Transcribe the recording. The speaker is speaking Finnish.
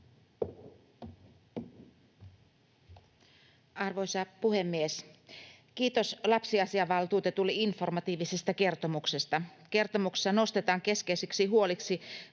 Arvoisa puhemies! Kiitos lapsiasiavaltuutetulle informatiivisesta kertomuksesta. Kertomuksessa nostetaan keskeisiksi huoliksi